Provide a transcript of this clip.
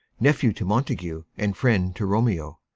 nephew to montague, and friend to romeo.